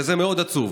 וזה מאוד עצוב.